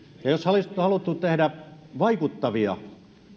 jos olisi haluttu tehdä vaikuttavia